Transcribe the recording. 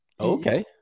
okay